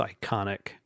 iconic